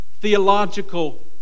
theological